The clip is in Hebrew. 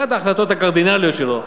אחת ההחלטות הקרדינליות שלו,